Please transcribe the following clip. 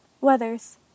Weathers